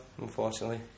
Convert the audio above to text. unfortunately